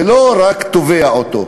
ולא רק תובע אותו.